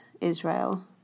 Israel